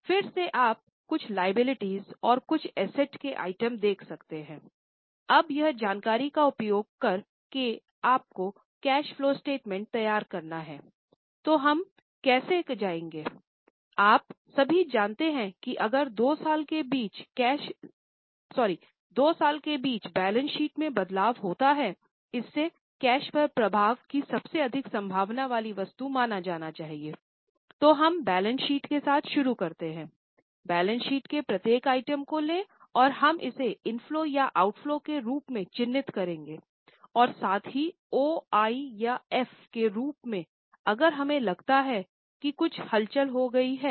फिर से आप कुछ लिएबिलिटीज़ के रूप में चिह्नित करेंगे और साथ ही ओ आई या एफ के रूप में अगर हमें लगता है कि कुछ हलचल हो गई है